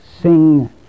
sing